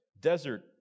desert